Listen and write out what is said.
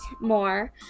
more